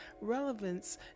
Relevance